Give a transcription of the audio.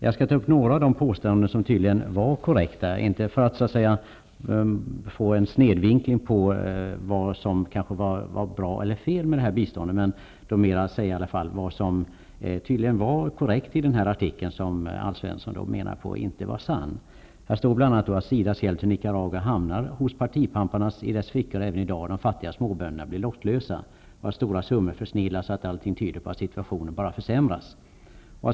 Jag skall ta upp några av de påståenden som tydligen var korrekta, inte för att göra en snedvinkling av vad som bra eller fel med detta bistånd, utan för att peka på vad som var korrekt i artikeln, det som Alf Svensson menar inte var sant. I artikeln står bl.a. att SIDA:s hjälp till Nicaragua hamnar i partipamparnas fickor medan de fattiga småbönderna blir lottlösa. Stora summor försnillas, och allting tyder på att situationen bara försämras.